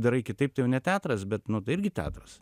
darai kitaip tai jau ne teatras bet nu irgi teatras